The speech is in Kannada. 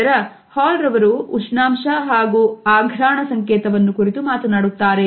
ನಂತರ ಹಾಲ್ ರವರು ಉಷ್ಣಾಂಶ ಹಾಗೂ ಆಘ್ರಾಣ ಸಂಕೇತವನ್ನು ಕುರಿತು ಮಾತನಾಡುತ್ತಾರೆ